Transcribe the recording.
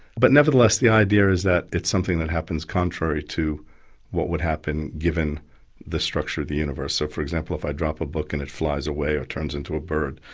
but nevertheless, the idea is that it's something that happens contrary to what would happen given the structure of the universe. so, for example, if i dropped a book and it flies away, or turns into a bird,